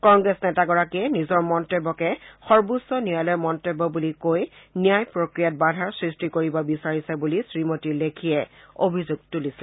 কংগ্ৰেছ নেতাগৰাকীয়ে নিজৰ মন্তব্যকে সৰ্বোচ্চ ন্যায়ালয়ৰ মন্তব্য বুলি কৈ ন্যায় প্ৰক্ৰিয়াত বাধাৰ সৃষ্টি কৰিব বিচাৰিছে বুলি শ্ৰীমতী লেখিয়ে অভিযোগ তুলিছিল